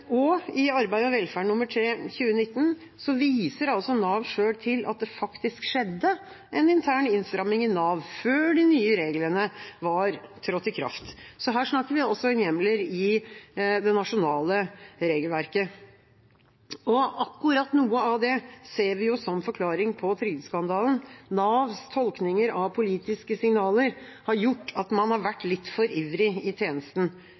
I fagtidsskriftet Arbeid og velferd nr. 3 i 2019 viser Nav selv til at det faktisk skjedde en intern innstramming i Nav før de nye reglene var trådt i kraft. Så her snakker vi også om hjemler i det nasjonale regelverket. Akkurat noe av det ser vi som forklaring på trygdeskandalen: Navs tolkninger av politiske signaler har gjort at man har vært litt for ivrig i tjenesten.